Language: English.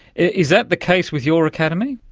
is that the case with your academy?